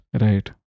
right